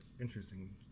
interesting